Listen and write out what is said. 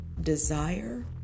desire